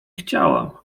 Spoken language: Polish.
chciałam